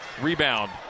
Rebound